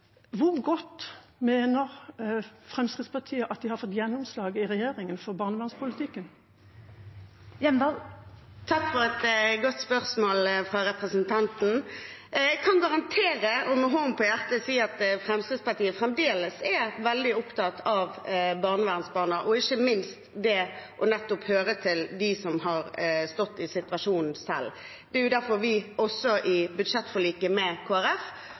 Hvor godt mener Fremskrittspartiet at de har fått gjennomslag i regjeringen for barnevernspolitikken? Takk for et godt spørsmål fra representanten. Jeg kan garantere og med hånden på hjertet si at Fremskrittspartiet fremdeles er veldig opptatt av barnevernsbarna og ikke minst av å høre på dem som har stått i situasjonen selv. Det er også derfor vi i budsjettforliket med